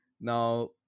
Now